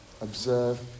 Observe